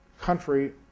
country